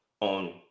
on